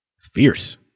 fierce